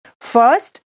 first